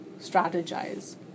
strategize